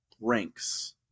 ranks